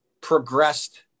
progressed